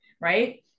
right